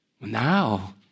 Now